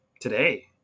today